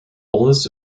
oldest